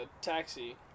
Taxi